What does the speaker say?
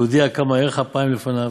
להודיע כמה ארך אפיים לפניו,